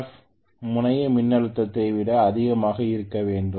F முனைய மின்னழுத்தத்தை விட அதிகமாக இருக்க வேண்டும்